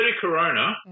corona